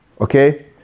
Okay